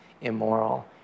immoral